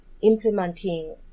implementing